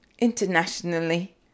internationally